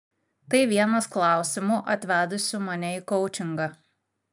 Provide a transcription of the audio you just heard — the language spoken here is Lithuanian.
tai vienas klausimų atvedusių mane į koučingą